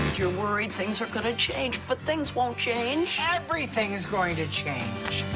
you're worried things are gonna change, but things won't change. everything is going to change.